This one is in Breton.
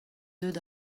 deuet